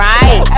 Right